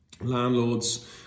landlords